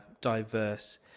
diverse